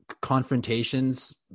confrontations